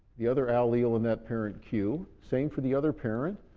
the other allele in that parent q. same for the other parent.